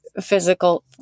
physical